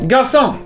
Garçon